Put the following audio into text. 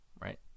Right